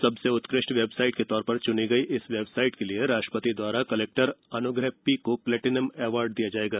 सबसे उत्कृष्ट वेबसाइट के तौर पर चुनी गई इस वेबसाइट के लिए राष्ट्रपति द्वारा कलेक्टर अनुग्रह पी को प्लेटीनम अवार्ड दिया जाएगा